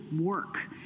work